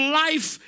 life